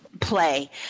Play